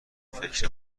فکر